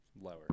lower